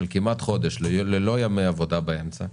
על כמעט חודש ללא ימי עבודה באמצע,